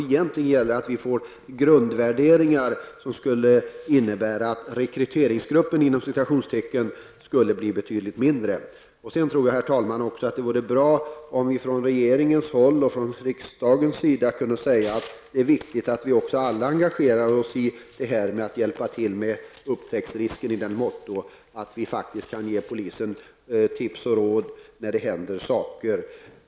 Egentligen gäller det att vi har grundvärderingar som skulle innebära att ''rekryteringsgruppen'' skulle bli betydligt mindre. Herr talman! Det vore bra om vi från regeringens och riksdagens sida kunde säga att det är viktigt att vi alla engagerar oss i att hjälpa till när det gäller upptäcksrisken i så måtto att vi faktiskt kan ge polisen tips och råd när det händer saker.